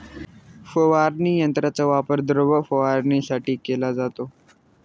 फवारणी यंत्राचा वापर द्रव फवारणीसाठी केला जातो